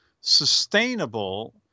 sustainable